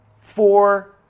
four